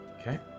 Okay